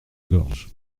gorge